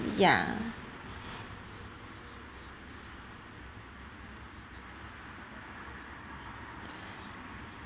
ya